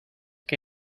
que